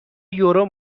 یورو